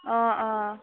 অঁ অঁ